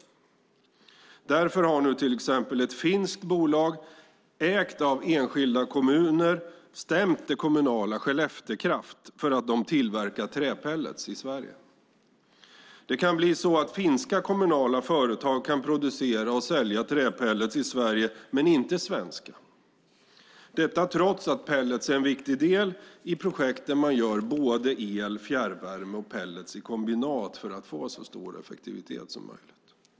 Därför har nu till exempel ett finskt bolag, ägt av enskilda kommuner, stämt det kommunala Skellefteå Kraft för att de tillverkar träpellets i Sverige. Det kan bli så att finska kommunala företag kan producera och sälja träpellets i Sverige men inte svenska - detta trots att pellets är en viktig del i projekt där man gör både el, fjärrvärme och pellets i kombinat för att få så stor effektivitet som möjligt.